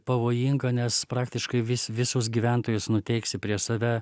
pavojinga nes praktiškai vis visus gyventojus nuteiksi prieš save